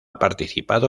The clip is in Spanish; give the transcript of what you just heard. participado